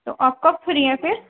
تو آپ کب فری ہیں پھر